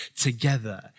together